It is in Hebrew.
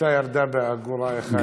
הביצה ירדה באגורה אחת.